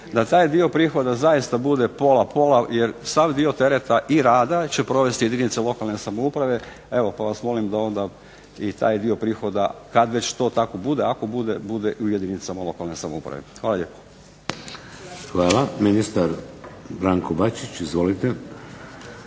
da taj dio prihoda zaista bude pola-pola jer sav dio tereta i rada će provesti jedinice lokalne samouprave. Evo, pa vas molim da onda i taj dio prihoda kad već to tako bude ako bude, bude i u jedinicama lokalne samouprave. Hvala lijepo. **Šeks, Vladimir (HDZ)** Hvala. Ministar Branko Bačić, izvolite.